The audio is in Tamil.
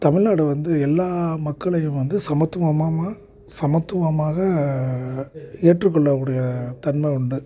தமிழ்நாடு வந்து எல்லா மக்களையும் வந்து சமத்துவமாமா சமத்துவமாக ஏற்றுக்கொள்ளக்கூடிய தன்மை உண்டு